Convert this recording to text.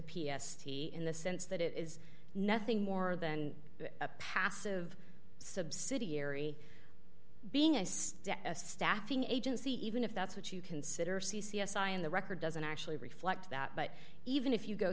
p s t in the sense that it is nothing more than a passive subsidiary being a staffing agency even if that's what you consider c c s i on the record doesn't actually reflect that but even if you go